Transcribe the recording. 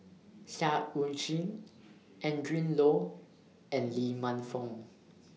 Seah EU Chin Adrin Loi and Lee Man Fong